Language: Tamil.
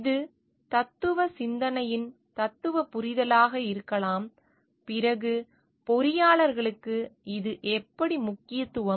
இது தத்துவ சிந்தனையின் தத்துவ புரிதலாக இருக்கலாம் பிறகு பொறியாளர்களுக்கு இது எப்படி முக்கியம்